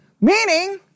Meaning